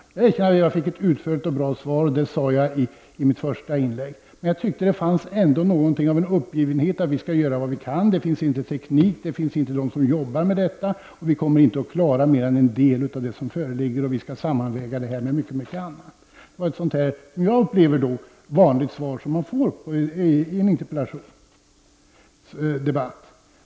Jag erkänner att jag fick ett utförligt och bra svar. Det sade jag i mitt första inlägg. Men jag tyckte att det fanns någonting av uppgivenhet i det. Vi skall göra vad vi kan. Det finns inte teknik, det finns ingen som arbetar med detta. Vi kommer inte att klara mera än en del av det som föreligger. Vi skall sammanväga detta med mycket annat. Det var ett, som jag upplever det, vanligt svar som man får i en interpellationsdebatt.